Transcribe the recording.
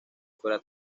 fuera